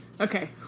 Okay